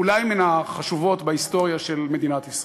אולי מן החשובות בהיסטוריה של מדינת ישראל.